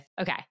okay